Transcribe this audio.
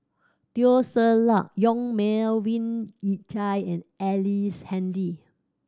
Teo Ser Luck Yong Melvin Yik Chye and Ellice Handy